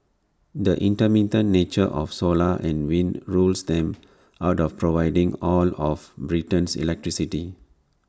the intermittent nature of solar and wind rules them out of providing all of Britain's electricity